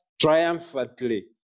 triumphantly